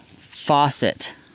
faucet